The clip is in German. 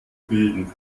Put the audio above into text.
bilden